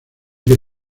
que